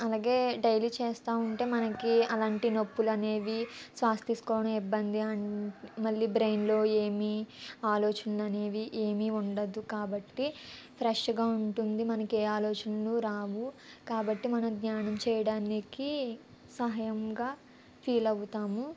అలాగే డైలీ చేస్తు ఉంటే మనకు అలాంటి నొప్పులు అనేవి శ్వాస తీసుకోవడం ఇబ్బంది అన్ మళ్ళీ బ్రైన్లో ఏమి ఆలోచన అనేవి ఏమి ఉండదు కాబట్టి ఫ్రెష్గా ఉంటుంది మనకు ఏ ఆలోచనలు రావు కాబట్టి మనం ధ్యానం చేయడానికి సహాయముగా ఫీల్ అవుతాము